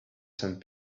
sand